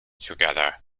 together